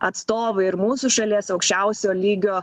atstovai ir mūsų šalies aukščiausio lygio